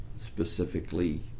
specifically